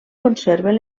conserven